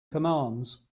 commands